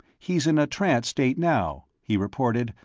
he's in a trance-state now, he reported,